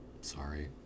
sorry